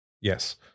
Yes